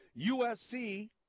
USC